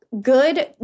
good